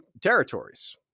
territories